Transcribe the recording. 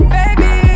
baby